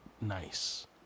nice